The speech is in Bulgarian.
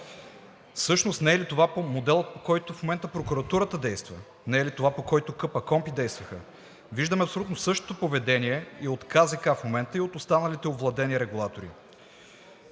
Всъщност не е ли това по модела, по който в момента прокуратурата действа? Не е ли това моделът, по който КПКОНПИ действаха? Виждаме абсолютно същото поведение и от КЗК в момента, и от останалите овладени регулатори.